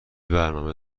برنامه